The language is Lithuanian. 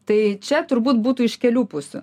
tai čia turbūt būtų iš kelių pusių